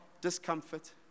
discomfort